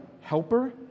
helper